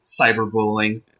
cyberbullying